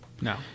No